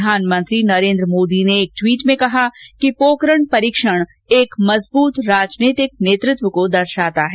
प्रधानमंत्री नरेन्द्र मोदी ने एक ट्वीट में कहा कि पोकरण परीक्षण एक मजबूत राजनीतिक नेतृत्व को दर्शाता है